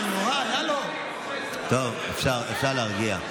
אפשר להרגיע.